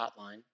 Hotline